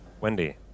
Wendy